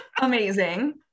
Amazing